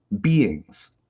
beings